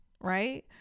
Right